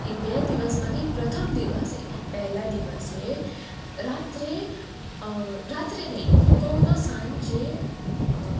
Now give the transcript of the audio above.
એ બે દિવસમાંથી પ્રથમ દિવસે પહેલા દિવસે રાત્રે રાત્રે નહીં હું કહું તો સાંજે